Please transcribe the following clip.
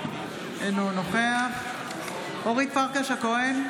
אינו נוכח אורית פרקש הכהן,